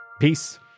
Peace